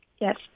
Yes